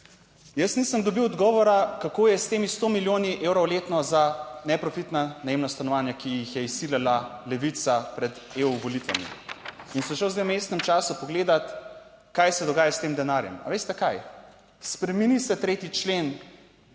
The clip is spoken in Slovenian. Jaz nisem dobil odgovora, kako je s temi sto milijoni evrov letno za neprofitna najemna stanovanja, ki jih je izsilila Levica pred EU volitvami, in sem šel zdaj v vmesnem času pogledati, kaj se dogaja s tem denarjem. A veste kaj,? Spremeni se 3. člen